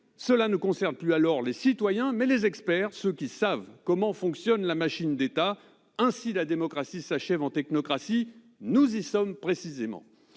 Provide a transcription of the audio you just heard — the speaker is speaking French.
qui ne concernent alors plus les citoyens, mais les experts, ceux qui savent comment fonctionne la machine d'État. Ainsi la démocratie s'achève-t-elle en technocratie. Nous y sommes précisément